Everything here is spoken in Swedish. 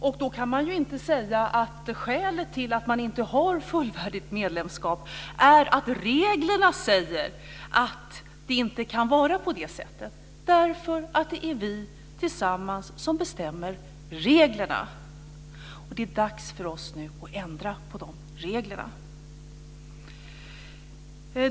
Man kan inte säga att skälet till att samerna inte har fullvärdigt medlemskap är att reglerna säger att det inte kan vara på det sättet. Det är nämligen vi som tillsammans bestämmer om reglerna, och nu är det dags för oss att ändra på dem!